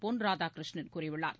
பொன் ராதாகிருஷ்ணன் கூறியுள்ளார்